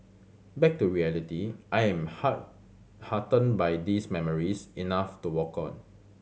back to reality I am heart heartened by these memories enough to walk on